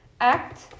Act